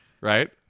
Right